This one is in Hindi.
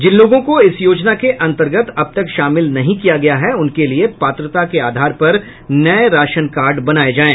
जिन लोगों को इस योजना के अंतर्गत अब तक शामिल नहीं किया गया है उनके लिए पात्रता के आधार पर नए राशन कार्ड बनाए जाएं